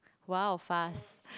!wow! fast